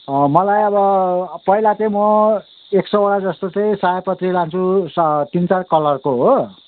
मलाई अब पहिला चाहिँ म एक सौवटा जस्तो चाहिँ सयपत्री लान्छु तिन चार कलरको हो